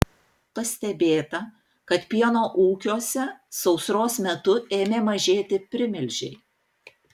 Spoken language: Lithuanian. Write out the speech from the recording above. pastebėta kad pieno ūkiuose sausros metu ėmė mažėti primilžiai